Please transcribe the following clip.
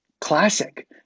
classic